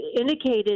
indicated